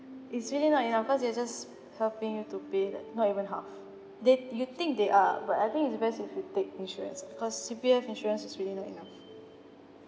it's really not enough cause they're just helping you to pay like not even half they you think they are but I think it's best if you take insurance ah cause C_P_F insurance is really not enough